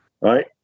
Right